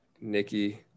Nikki